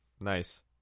Nice